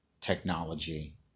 technology